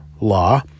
Law